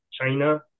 China